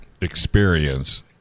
experience